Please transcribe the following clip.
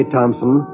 Thompson